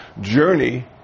journey